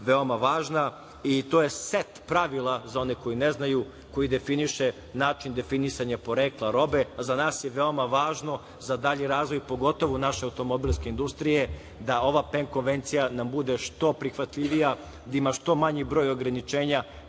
veoma važno i to je set pravila, za one koji ne znaju, koja definišu način definisanja porekla robe. Za nas je veoma važno za dalji razvoj, pogotovo naše automobilske industrije da ova PEM konvencija nam bude što prihvatljivija, da ima što manji broj ograničenja